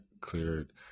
cleared